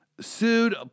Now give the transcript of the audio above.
sued